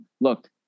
look